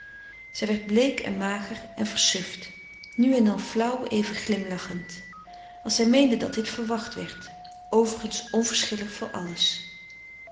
zij werd bleek en mager en versuft nu en dan flauw even glimlachend als zij meende dat dit verwacht werd overigens onverschillig voor alles